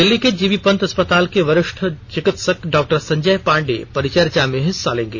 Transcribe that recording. दिल्ली के G B Pant अस्पताल के वरिष्ठ चिकित्सक डॉक्टर संजय पाण्डे परिचर्चा में हिस्सा लेंगे